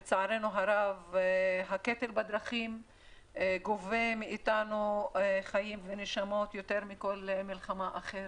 לצערנו הרב הקטל בדרכים גובה מאתנו חיים ונשמות יותר מכל מלחמה אחרת,